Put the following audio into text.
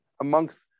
Amongst